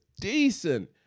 decent